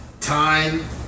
Time